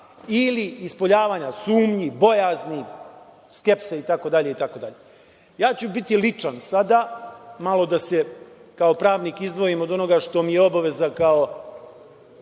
ili ispoljavanja sumnji, bojazni, skepse, itd, itd. Ja ću biti ličan sada, malo da se kao pravnik izdvojim od onoga što mi je obaveza kao